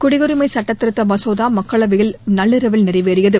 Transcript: குடியுரிமை சுட்டத் திருத்த மசோதா மக்களவையில் நள்ளிரவில் நிறைவேறியது